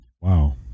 wow